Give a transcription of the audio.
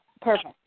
perfect